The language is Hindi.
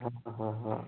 हाँ हाँ हाँ हाँ